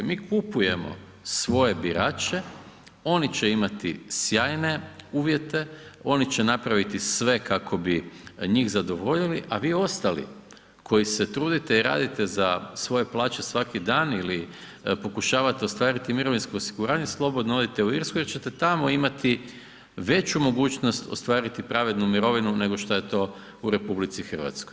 Mi kupujemo svoje birače, oni će imati sjajne uvjete, oni će napraviti sve kako bi njih zadovoljili a vi ostali koji se trudite i radite za svoje plaće svaki dan ili pokušavate ostvariti mirovinsko osiguranje slobodno odite u Irsku jer ćete tamo imati veću mogućnost ostvariti pravednu mirovinu nego šta je to u RH.